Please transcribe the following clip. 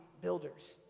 builders